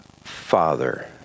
Father